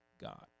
God